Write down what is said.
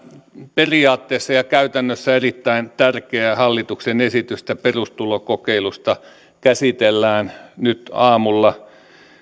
periaatteessa ja käytännössä erittäin tärkeää hallituksen esitystä perustulokokeilusta käsitellään nyt aamulla